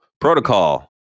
protocol